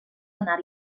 anar